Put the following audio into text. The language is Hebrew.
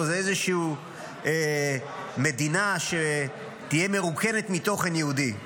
איזושהי מדינה שתהיה מרוקנת מתוכן יהודי,